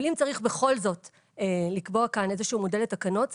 אם צריך בכל זאת לקבוע כאן איזשהו מודל לתקנות,